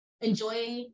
enjoy